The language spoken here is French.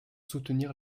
soutenir